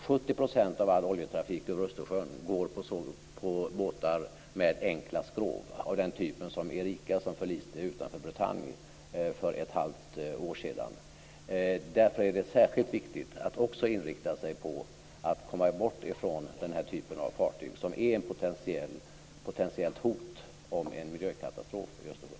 70 % av all oljetrafik över Östersjön går på båtar med enkla skrov, av samma typ som Erika som förliste utanför Bretagne för ett halvår sedan. Därför är det särskilt viktigt att också inrikta sig på att komma bort från den här typen av fartyg, som är ett potentiellt hot om en miljökatastrof i Östersjön.